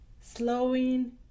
slowing